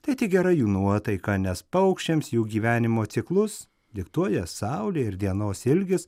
tai tik gera jų nuotaika nes paukščiams jų gyvenimo ciklus diktuoja saulė ir dienos ilgis